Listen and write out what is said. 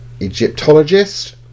Egyptologist